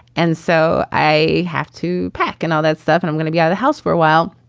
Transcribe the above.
and so i have to pack and all that stuff and i'm going to be out of the house for a while.